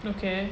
okay